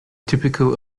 typical